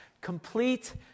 Complete